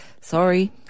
Sorry